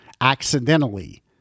accidentally